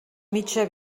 mitja